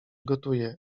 gotuje